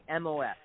MOS